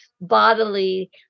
bodily